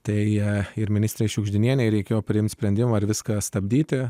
tai ir ministrei šiugždinienei reikėjo priimti sprendimą ar viską stabdyti